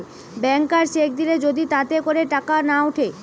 ব্যাংকার cheque দিলে যদি তাতে করে টাকা না উঠে